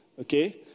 Okay